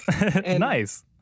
Nice